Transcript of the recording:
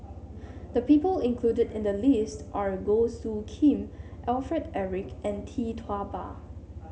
the people included in the list are Goh Soo Khim Alfred Eric and Tee Tua Ba